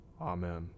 Amen